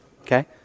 Okay